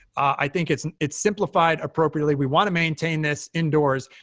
i think it's it's simplified appropriately. we want to maintain this indoors,